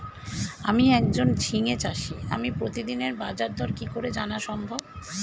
আমি একজন ঝিঙে চাষী আমি প্রতিদিনের বাজারদর কি করে জানা সম্ভব?